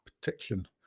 protection